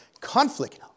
conflict